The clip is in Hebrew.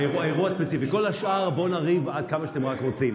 על כל השאר בואו נריב כמה שאתם רק רוצים.